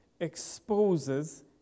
exposes